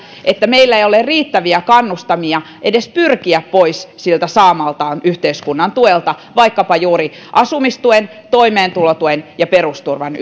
että meillä ei ole riittäviä kannustimia edes pyrkiä pois siltä saadulta yhteiskunnan tuelta vaikkapa juuri asumistuen toimeentulotuen ja perusturvan